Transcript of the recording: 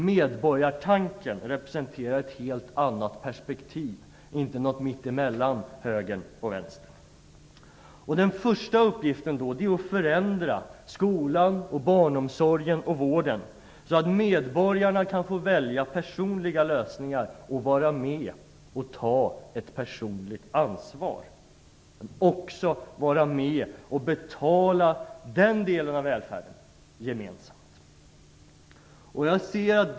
Medborgartanken representerar ett helt annat perspektiv, inte något mitt emellan Högern och Vänstern. Den första uppgiften är att förändra skolan, barnomsorgen och vården så att medborgarna kan få välja personliga lösningar och vara med och ta ett personligt ansvar. De skall också vara med att betala den delen av välfärden gemensamt.